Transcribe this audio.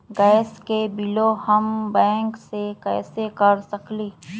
Gas के बिलों हम बैंक से कैसे कर सकली?